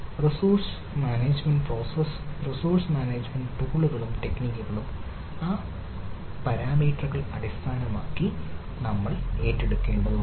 resource management process resource management ടൂളുകളും ടെക്നിക്കുകളും ആ പാരാമീറ്ററുകൾ അടിസ്ഥാനമാക്കി നമ്മൾ ഏറ്റെടുക്കേണ്ടതുണ്ട്